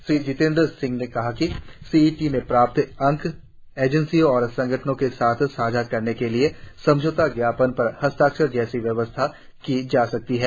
श्री जितेंद्र सिंह ने कहा कि सीईटी में प्राप्त अंक एजेंसियों और संगठनों के साथ साझा करने के लिए समझौता ज्ञापन पर हस्ताक्षर जैसी व्यवस्था की जा सकती है